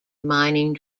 mining